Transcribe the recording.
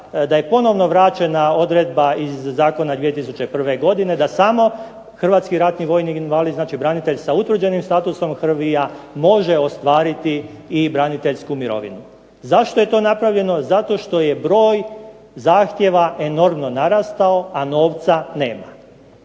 da je ponovno vraćena odredba iz Zakona 2001. godine da samo Hrvatski ratni vojni invalid, znači branitelj sa utvrđenim statusom HRVI-a može ostvariti i braniteljsku mirovinu. Zašto je to napravljeno? Zato što je broj zahtjeva enormno narastao, a novca nema.